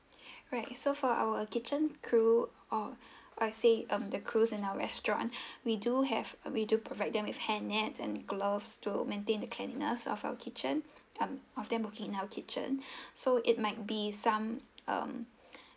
right so for our kitchen crew or I say um the crew in our restaurant we do have uh we do provide them with hair nets and gloves to maintain the cleanliness of our kitchen um of them working in our kitchen so it might be some um